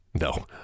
No